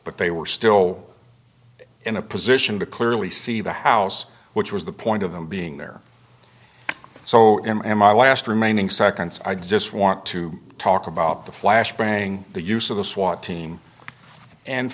but they were still in a position to clearly see the house which was the point of them being there so him and my last remaining seconds i just want to talk about the flash bang the use of the swat team and